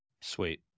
sweet